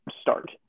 start